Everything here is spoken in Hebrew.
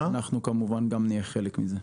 אנחנו כמובן גם נהיה חלק מזה.